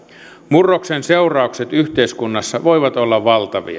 murroksen seuraukset yhteiskunnassa voivat olla valtavia